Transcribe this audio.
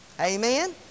Amen